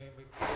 לקיים